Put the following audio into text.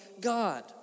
God